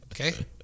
Okay